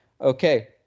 Okay